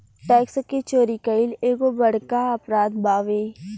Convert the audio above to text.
tax के चोरी कईल एगो बहुत बड़का अपराध बावे